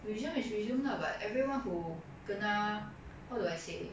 resume is resume lah but everyone who kena how do I say